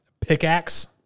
pickaxe